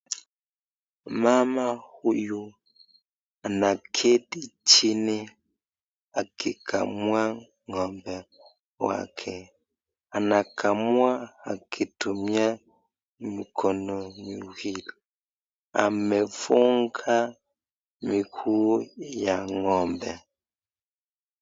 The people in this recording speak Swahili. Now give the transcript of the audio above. Mama huyu anaketi chini akikamua ng'ombe wake, anakamua akitumia mikono miwili. Amefunga miguu ya ng'ombe.